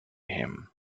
him